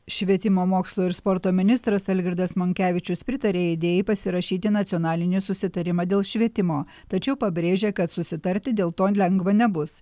švietimo mokslo ir sporto ministras algirdas monkevičius pritarė idėjai pasirašyti nacionalinį susitarimą dėl švietimo tačiau pabrėžė kad susitarti dėl to lengva nebus